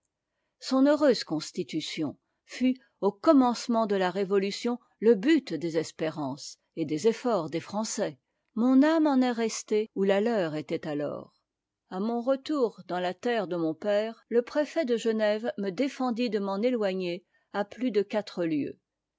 son heureuse constitution fut au commencement de la révolution e but des espérances et des efforts des français mon âme en est restée où la leur était alors préfet de loir et cher le but de ce post scriptam était de m'interdire les ports de la manche j a mon retour dans la terre de mon père le préfet de genève me défendit de m'en éloigner plus de quatre lieues